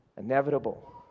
inevitable